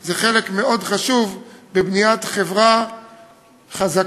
זה חלק מאוד חשוב בבניית חברה חזקה,